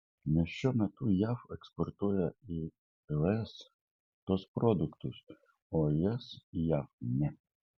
nes šiuo metu jav eksportuoja į es tuos produktus o es į jav ne